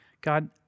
God